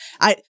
I-